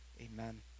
Amen